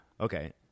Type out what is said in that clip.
okay